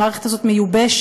המערכת הזאת מיובשת,